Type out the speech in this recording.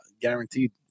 guaranteed